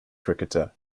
cricketer